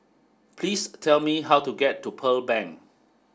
please tell me how to get to Pearl Bank